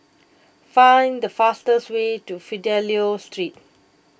find the fastest way to Fidelio Street